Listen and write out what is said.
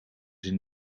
zijn